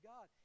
God